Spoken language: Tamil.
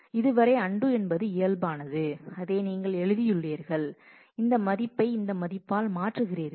இதுவரை அன்டூ என்பது இயல்பானது இதை நீங்கள் எழுதியுள்ளீர்கள் இந்த மதிப்பை இந்த மதிப்பால் மாற்றுகிறீர்கள்